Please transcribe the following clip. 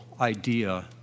idea